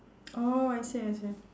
orh I see I see